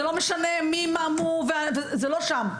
זה לא משנה מי, מה, מו זה לא שם.